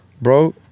Bro